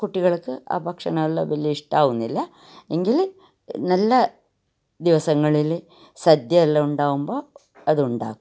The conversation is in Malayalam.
കുട്ടികൾക്ക് ആ ഭക്ഷണമെല്ലാം വലിയ ഇഷ്ടമാകുന്നില്ല എങ്കിലും നല്ല ദിവസങ്ങളിൽ സദ്യയെല്ലാം ഉണ്ടാകുമ്പോൾ അതുണ്ടാക്കും